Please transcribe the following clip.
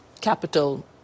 capital